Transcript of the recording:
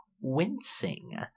wincing